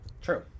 True